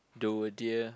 doe a deer